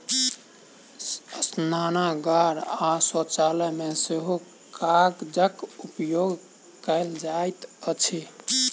स्नानागार आ शौचालय मे सेहो कागजक उपयोग कयल जाइत अछि